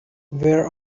where